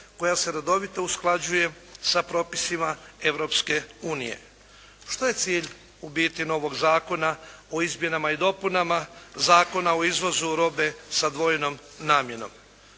koja se redovito usklađuje sa propisima Europske unije. Što je cilj u biti novog Zakona o izmjenama i dopunama Zakona o izvozu robe sa dvojnom namjenom?